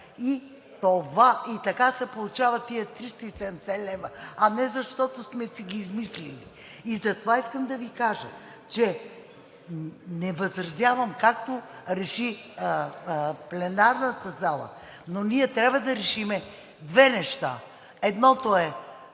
и така се получават тези 370 лв., а не защото сме си ги измислили. Затова искам да Ви кажа, че не възразявам, както реши пленарната зала, но ние трябва да решим две неща. Едното е